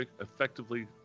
effectively